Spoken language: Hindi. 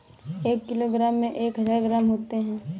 एक किलोग्राम में एक हजार ग्राम होते हैं